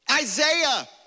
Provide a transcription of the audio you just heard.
Isaiah